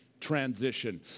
transition